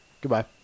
Goodbye